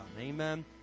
amen